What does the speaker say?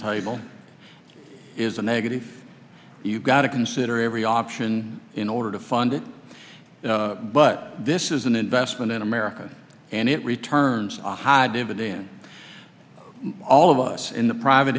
table is a negative you've got to consider every option in order to fund it but this is an investment in america and it returns a high dividend all of us in the private